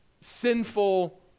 sinful